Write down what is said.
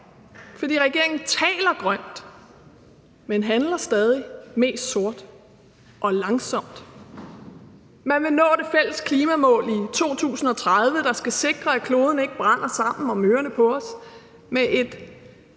for regeringen taler grønt, men handler stadig mest sort og langsomt. Man vil nå det fælles klimamål i 2030, der skal sikre, at kloden ikke brænder sammen om ørerne på os, med et